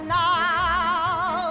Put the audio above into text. now